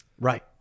right